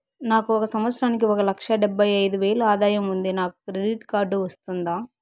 నాకు ఒక సంవత్సరానికి ఒక లక్ష డెబ్బై అయిదు వేలు ఆదాయం ఉంది నాకు క్రెడిట్ కార్డు వస్తుందా?